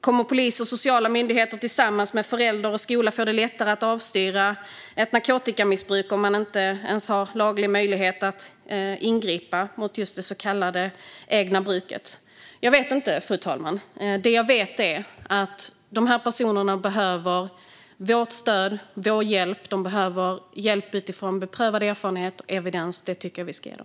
Kommer polis och sociala myndigheter tillsammans med föräldrar och skola att få det lättare att avstyra ett narkotikamissbruk om det inte ens finns laglig möjlighet att ingripa mot just det så kallade egna bruket? Fru talman! Jag vet inte. Det jag vet är att de personerna behöver vårt stöd och vår hjälp. De behöver hjälp utifrån beprövad erfarenhet och evidens. Det tycker jag att vi ska ge dem.